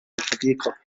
الحديقة